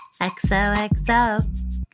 XOXO